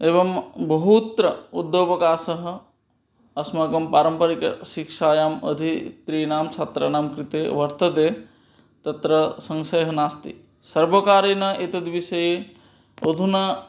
एवं बहुत्र उद्योगावकाशः अस्माकं पारम्परिकशिक्षायाम् अध्येतॄणां छात्राणां कृते वर्तते तत्र संशयः नास्ति सर्वकारेण एतद्विषये अधुना